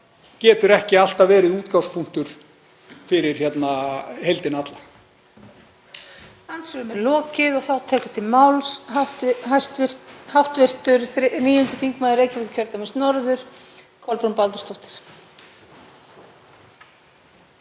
getur ekki alltaf verið útgangspunktur fyrir heildina alla.